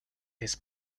his